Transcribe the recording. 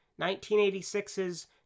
1986's